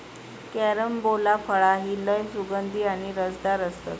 carambola फळा ही लय सुगंधी आणि रसदार असतत